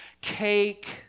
cake